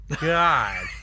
God